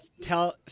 tell